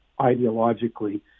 ideologically